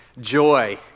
joy